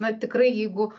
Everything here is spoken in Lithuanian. na tikrai jeigu